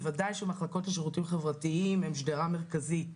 בוודאי שמחלקות לשירותים חברתיים הן שדרה מרכזית.